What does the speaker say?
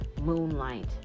moonlight